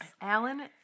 Alan